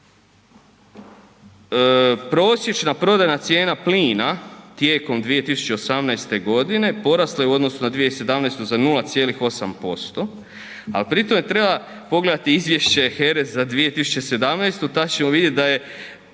Prosječna prodajna cijena plina tijekom 2018. godine porasla je u odnosu na 2017. za 0,8%, ali pri tome treba pogledati izvješće HERA-e za 2017.